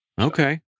okay